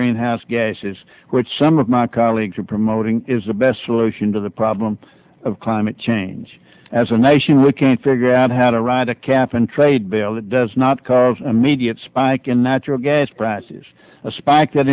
greenhouse gases which some of my colleagues are promoting is the best solution to the problem of climate change as a nation we can't figure out how to ride a cap and trade bill that does not cause immediate spike in natural gas prices a spike that